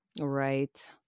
right